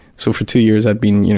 so for two years i'd been, you know,